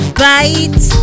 bite